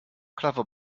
clover